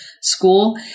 school